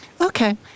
Okay